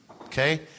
Okay